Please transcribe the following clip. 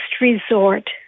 resort